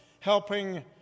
Helping